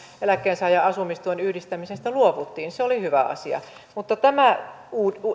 eläkkeensaajan asumistuen yhdistämisestä luovuttiin se oli hyvä asia mutta tämä